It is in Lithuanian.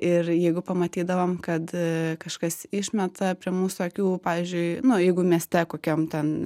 ir jeigu pamatydavom kad kažkas išmeta prie mūsų akių pavyzdžiui nu jeigu mieste kokiam ten